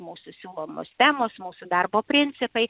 mūsų siūlomos temos mūsų darbo principai